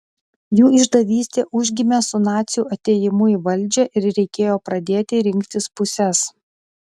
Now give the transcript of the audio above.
jų išdavystė užgimė su nacių atėjimu į valdžią ir reikėjo pradėti rinktis puses